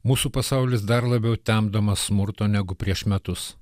mūsų pasaulis dar labiau temdomas smurto negu prieš metus